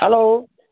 hello